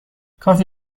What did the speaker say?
کافی